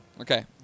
Okay